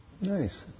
Nice